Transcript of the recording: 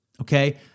okay